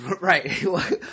Right